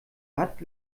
hat